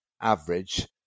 average